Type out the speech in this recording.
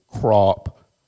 crop